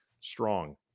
strong